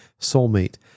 soulmate